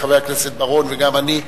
חבר הכנסת בר-און וגם אני,